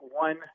one